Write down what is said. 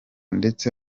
ndetse